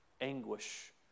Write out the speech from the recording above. anguish